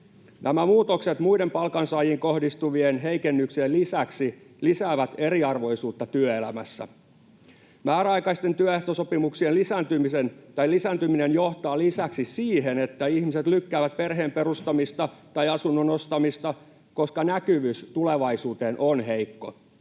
Nämä muutokset muiden palkansaajiin kohdistuvien heikennysten lisäksi lisäävät eriarvoisuutta työelämässä. Määräaikaisten työehtosopimuksien lisääntyminen johtaa lisäksi siihen, että ihmiset lykkäävät perheen perustamista tai asunnon ostamista, koska näkyvyys tulevaisuuteen on heikko.